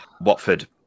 Watford